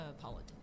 politics